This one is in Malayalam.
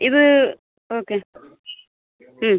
ഇത് ഓക്കെ മ്മ്